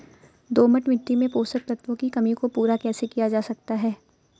दोमट मिट्टी में पोषक तत्वों की कमी को पूरा कैसे किया जा सकता है?